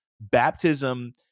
baptism